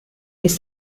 che